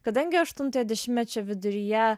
kadangi aštuntojo dešimtmečio viduryje